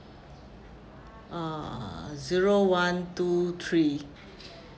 err zero one two three